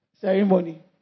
ceremony